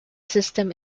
system